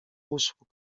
usług